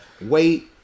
wait